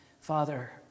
Father